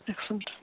Excellent